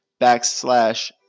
backslash